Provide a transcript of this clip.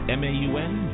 m-a-u-n